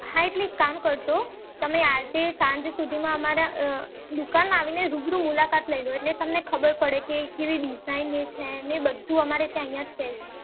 હા એટલે એક કામ કરજો તમે આજે સાંજ સુધીમાં અમારી અ દુકાન આવીને રૂબરૂ મુલાકાત લઇ લેજો એટલે તમને ખબર પડે કે કેવી ડિઝાઈને છે ને એ બધું અમારે ત્યાં અહીંયા છે જ